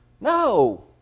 No